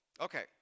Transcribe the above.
Okay